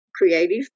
creative